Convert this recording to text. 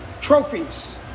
Trophies